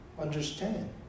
understand